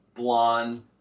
blonde